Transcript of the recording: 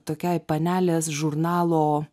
tokiai panelės žurnalo